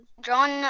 John